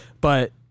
But-